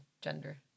gender